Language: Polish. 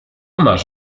masz